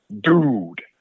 dude